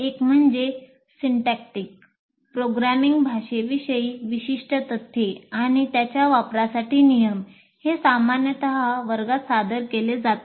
एक म्हणजे syntactic programming भाषेविषयी विशिष्ट तथ्ये आणि त्याच्या वापरासाठी नियम हे सामान्यत वर्गात सादर केले जाते